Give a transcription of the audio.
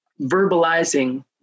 verbalizing